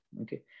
Okay